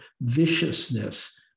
viciousness